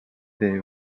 they